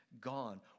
gone